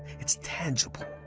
it's tangible.